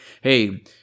hey